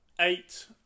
eight